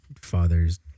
father's